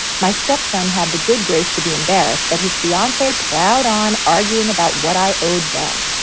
my stepson had the good grace to be embarrassed, but his fiancee plowed on, arguing about what i owed them.